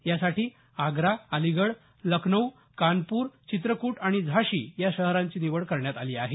यासाठी आग्रा अलिगड लखनौ कानपूर चित्रकुट आणि झाशी या शहरांची निवड करण्यात आली आहे